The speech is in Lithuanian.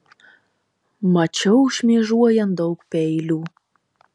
mačiau šmėžuojant daug peilių